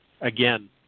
Again